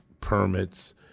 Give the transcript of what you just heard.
permits